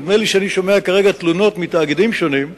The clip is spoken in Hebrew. נדמה לי שאני שומע כרגע תלונות מתאגידים שונים,